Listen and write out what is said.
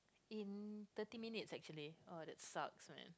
in thirty minutes actually oh that sucks man